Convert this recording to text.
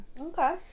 Okay